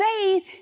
Faith